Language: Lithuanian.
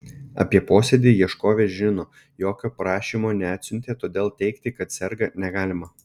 apie posėdį ieškovė žino jokio prašymo neatsiuntė todėl teigti kad serga negalima